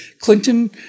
Clinton